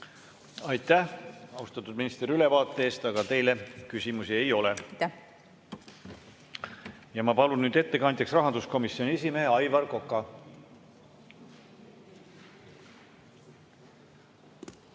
Aitäh, austatud minister, ülevaate eest! Teile küsimusi ei ole. Palun nüüd ettekandjaks rahanduskomisjoni esimehe Aivar Koka.